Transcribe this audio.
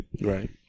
Right